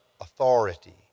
authority